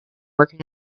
working